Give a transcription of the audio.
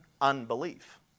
Unbelief